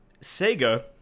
Sega